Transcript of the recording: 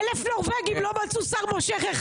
ארז, כבר יש לך תוכניות?